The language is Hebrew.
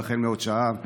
והחל מעוד שעה,